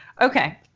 Okay